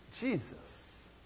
Jesus